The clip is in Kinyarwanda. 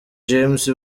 james